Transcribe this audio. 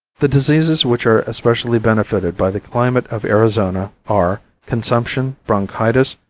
the diseases which are especially benefited by the climate of arizona are consumption, bronchitis,